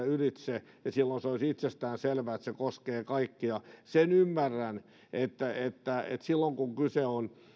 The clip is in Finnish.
ylitse silloin se olisi itsestäänselvää että se koskee kaikkia sen ymmärrän että että silloin kun kyse on